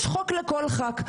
יש חוק לכל ח"כ.